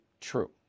true